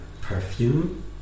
perfume